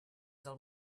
del